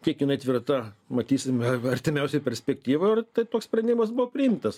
kiek jinai tvirta matysime artimiausioj perspektyvoj tai toks sprendimas buvo priimtas